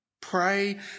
Pray